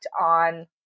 on